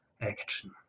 action